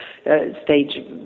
stage